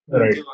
Right